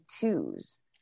twos